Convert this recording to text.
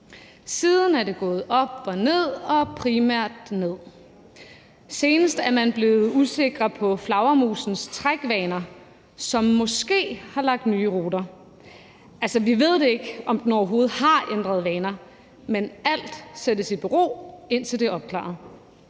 Siden er det gået op og ned og primært ned. Senest er man blevet usikker på flagermusens trækvaner, for måske har den lagt nye ruter. Altså, vi ved ikke, om den overhovedet har ændret vaner, men alt sættes i bero, indtil det er opklaret.